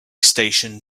station